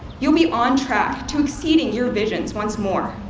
you'll be on track to exceeding your visions once more.